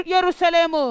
Jerusalem